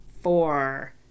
four